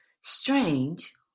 strange